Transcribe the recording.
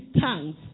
tongues